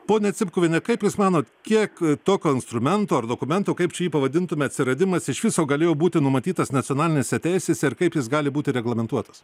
ponia cipkuviene kaip jūs manot kiek tokio instrumento ar dokumento kaip čia jį pavadintume atsiradimas iš viso galėjo būti numatytas nacionalinėse teisėse ir kaip jis gali būti reglamentuotas